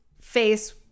face